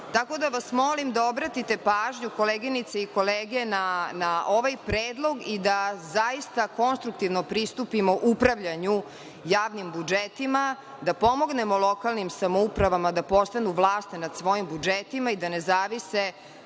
da vas molim da obratite pažnju, koleginice i kolege, na ovaj predlog i da zaista konstruktivno pristupimo upravljanju javnim budžetima, da pomognemo lokalnim samoupravama da postanu vlasne nad svojim budžetima i da ne zavise